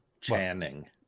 Channing